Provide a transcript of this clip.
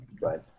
right